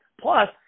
Plus